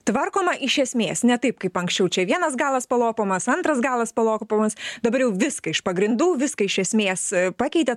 tvarkoma iš esmės ne taip kaip anksčiau čia vienas galas palopomas antras galas palopomas dabar jau viską iš pagrindų viską iš esmės pakeitėt